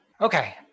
okay